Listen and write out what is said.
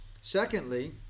Secondly